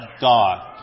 God